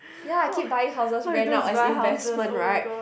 ya keep buying houses rent out as investment right